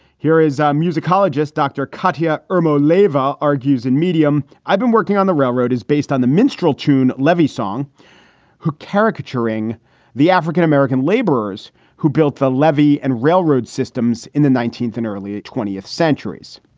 here is musicologist dr. katja irmo. leyva argues in medium. i've been working on the railroad is based on the minstrel tune. levy song who caricaturing the african-american laborers who built the levee and railroad systems in the nineteenth and early twentieth centuries.